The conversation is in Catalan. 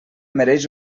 mereix